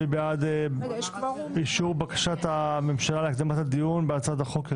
מי בעד אישור בקשת הממשלה להקדמת הדיון בהצעת החוק?